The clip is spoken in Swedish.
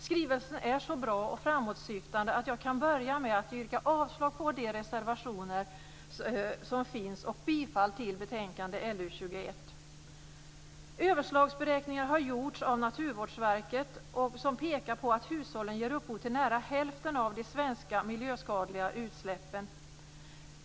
Skrivelsen är så bra och framåtsyftande att jag kan börja med att yrka avslag på de reservationer som finns och bifall till utskottets hemställan i betänkande LU21. Överslagsberäkningar som gjorts av Naturvårdsverket pekar på att hushållen ger upphov till nära hälften av de svenska miljöskadliga utsläppen.